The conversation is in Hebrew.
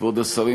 כבוד השרים,